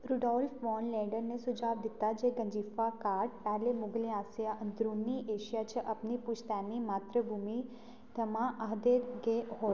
Rudolf von Leyden ने सुझाऽ दित्ता जे गंजीफ़ा कार्ड पैह्लें मुग़लें आसेआ अंदरूनी एशिया च अपनी पुश्तैनी मातृभूमि थमां आंह्दे गे होङन